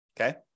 Okay